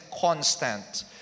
constant